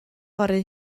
fory